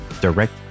direct